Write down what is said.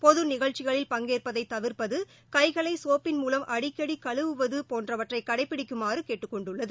பொதுநிகழ்ச்சிகளில் பங்கேற்பதைதவிர்ப்பது கைகளைசோப்பின் மூலம் அடிக்கடிகழுவுவதுபோன்றவற்றைகடைப்பிடிக்குமாறுகேட்டுக்கொண்டுள்ளது